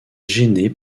gêné